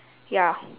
ya